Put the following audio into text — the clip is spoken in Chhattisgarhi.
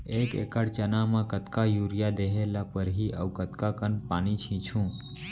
एक एकड़ चना म कतका यूरिया देहे ल परहि अऊ कतका कन पानी छींचहुं?